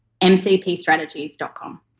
mcpstrategies.com